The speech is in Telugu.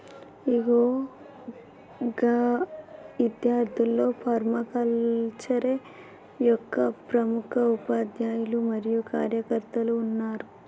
ఇగో గా ఇద్యార్థుల్లో ఫర్మాకల్చరే యొక్క ప్రముఖ ఉపాధ్యాయులు మరియు కార్యకర్తలు ఉన్నారు